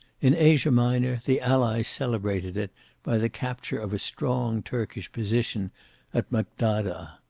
in asia minor the allies celebrated it by the capture of a strong turkish position at maghdadah.